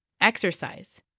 exercise